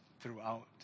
throughout